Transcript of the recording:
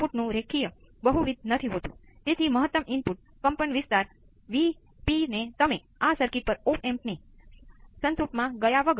પાછળથી આપણે એવી સર્કિટ હશે